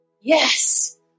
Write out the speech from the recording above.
yes